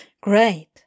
Great